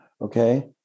okay